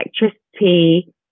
electricity